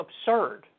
absurd